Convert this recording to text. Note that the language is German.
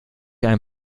ein